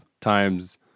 times